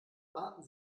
warten